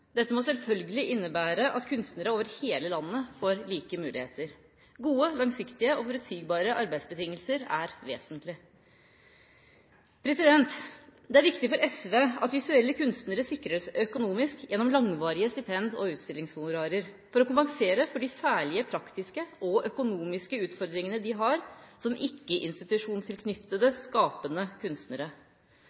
Dette må selvfølgelig innebære at kunstnere over hele landet får like muligheter. Gode, langsiktige og forutsigbare arbeidsbetingelser er vesentlig. Det er viktig for SV at visuelle kunstnere sikres økonomisk gjennom langvarige stipend og utstillingshonorarer for å kompensere for de særlige praktiske og økonomiske utfordringene de har som ikke-institusjonstilknyttede skapende kunstnere. Kunstnere innenfor det